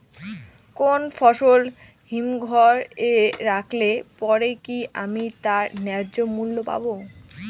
কোনো ফসল হিমঘর এ রাখলে পরে কি আমি তার ন্যায্য মূল্য পাব?